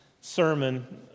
sermon